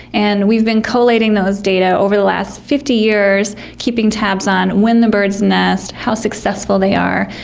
and we've been collating those data over the last fifty years, keeping tabs on when the birds nest, how successful they are,